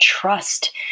trust